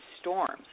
storms